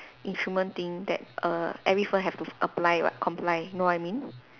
instrument thing that err every firm have to apply what comply know what I mean